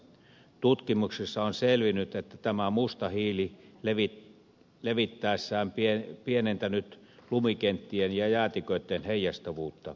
tutkimuksissa on selvinnyt että tämä musta hiili on levitessään pienentänyt lumikenttien ja jäätiköitten heijastavuutta